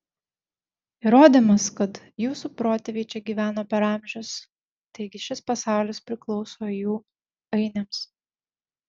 įrodymas kad jūsų protėviai čia gyveno per amžius taigi šis pasaulis priklauso jų ainiams